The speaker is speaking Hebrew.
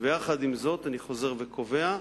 ויחד עם זאת אני חוזר וקובע: